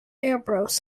ambrose